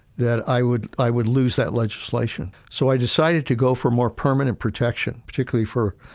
that i would, i would lose that legislation. so, i decided to go for more permanent protection, particularly for,